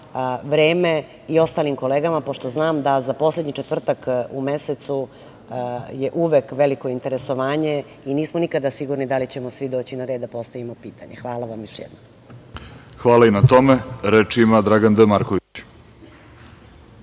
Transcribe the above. vreme i ostalim kolegama pošto znam da za poslednji četvrtak u mesecu je uvek veliko interesovanje i nismo nikada sigurni da li ćemo svi doći na red da postavimo pitanje. Hvala vam još jednom. **Vladimir Orlić** Hvala. Reč ima